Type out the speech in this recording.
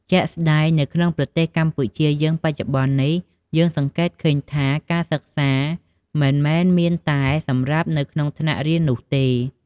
ជាក់ស្តែងនៅក្នុងប្រទេសកម្ពុជាយើងបច្ចុប្បន្ននេះ យើងសង្កេតឃើញថាការសិក្សាមិនមែនមានតែសម្រាប់នៅក្នុងថ្នាក់រៀននោះទេ។